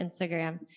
Instagram